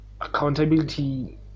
accountability